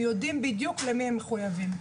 הם יודעים בדיוק למי הם מחויבים.